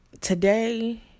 today